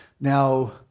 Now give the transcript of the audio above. Now